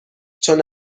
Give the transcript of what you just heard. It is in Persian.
چون